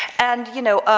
and you know,